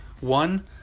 one